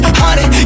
honey